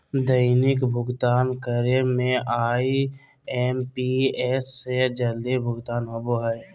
दैनिक भुक्तान करे में आई.एम.पी.एस से जल्दी भुगतान होबो हइ